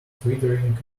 twittering